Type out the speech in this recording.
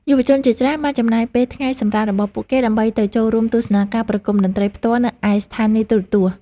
យុវជនជាច្រើនបានចំណាយពេលថ្ងៃសម្រាករបស់ពួកគេ ដើម្បីទៅចូលរួមទស្សនាការប្រគំតន្ត្រីផ្ទាល់នៅឯស្ថានីយទូរទស្សន៍។